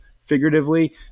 figuratively